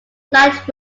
light